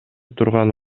турган